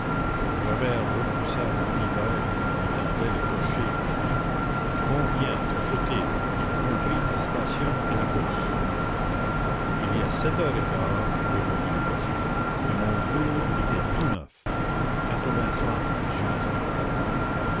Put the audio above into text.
javert repoussa le livret que lui tendait le cocher et dit combien te faut-il y compris ta station et la course il y a sept heures et quart répondit le cocher et mon velours était tout neuf quatre-vingts francs monsieur l'inspecteur